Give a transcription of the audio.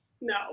No